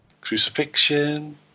Crucifixion